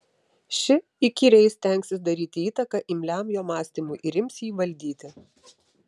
ši įkyriai stengsis daryti įtaką imliam jo mąstymui ir ims jį valdyti